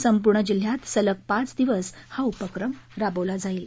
संपूर्ण जिल्ह्यात सलग पाच दिवस हा उपक्रम राबवला जाईल